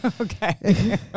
okay